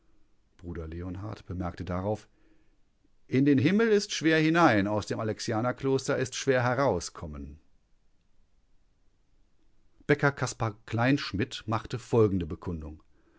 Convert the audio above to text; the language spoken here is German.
bruder leonhard bemerkte darauf in den himmel ist schwer hinein aus dem alexianerkloster ist schwer herauszukommen bäcker kaspar kleinschmidt machte folgende bekundung